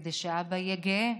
כדי שאבא יהיה גאה,